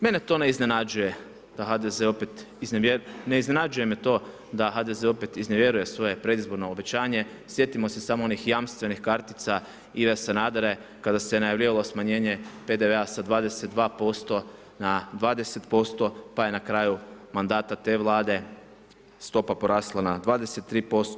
Mene to ne iznenađuje da HDZ opet, ne iznenađuje me to da HDZ opet iznevjeruje svoje predizborno obećanje, sjetimo se samo onih jamstvenih kartica Ive Sanadera kao se najavljivalo smanjenje PDV-a sa 22 na 20%, pa je na kraju mandata te Vlade stopa porasla na 23%